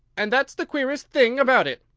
and that's the queerest thing about it.